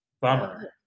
Bummer